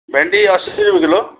भेन्डी असी रुपियाँ किलो